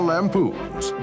Lampoons